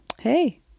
Hey